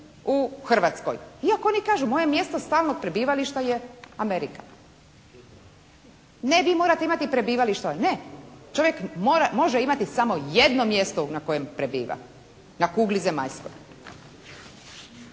u Hrvatskoj. Iako oni kažu moje mjesto stalnog prebivališta je Amerika. «Ne, vi morate imati prebivalište.» Ne. Čovjek može imati samo jedno mjesto na kojem prebiva na kugli zemaljskoj.